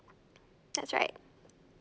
that's right